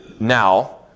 now